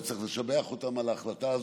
וצריך לשבח אותם על ההחלטה הזאת,